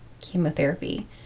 chemotherapy